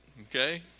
Okay